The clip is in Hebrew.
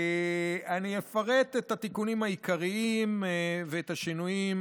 אני אפרט את התיקונים העיקריים ואת השינויים,